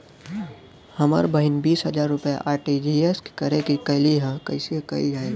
हमर बहिन बीस हजार रुपया आर.टी.जी.एस करे के कहली ह कईसे कईल जाला?